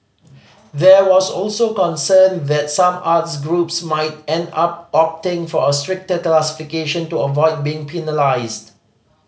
there was also concern that some arts groups might end up opting for a stricter classification to avoid being penalised